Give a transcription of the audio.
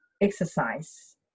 exercise